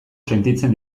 sentitzen